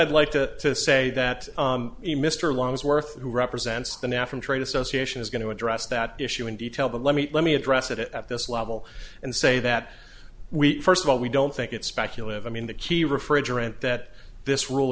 i'd like to say that mr longworth who represents the now from trade association is going to address that issue in detail but let me let me address it at this level and say that we first of all we don't think it's speculative i mean the key refrigerant that this rule